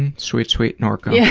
and sweet, sweet norco. yeah